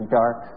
dark